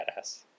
badass